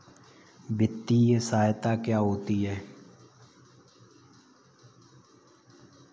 वित्तीय सहायता क्या होती है?